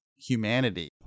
humanity